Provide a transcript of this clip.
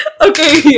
Okay